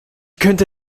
könnte